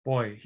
Boy